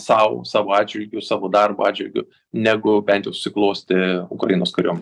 sau savo atžvilgiu savo darbo atžvilgiu negu bent jau susiklostė ukrainos kariuomenei